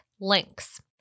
links